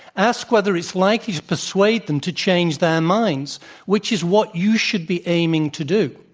ask whether it's likely to persuade them to change their minds which is what you should be aiming to do.